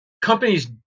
companies